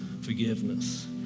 forgiveness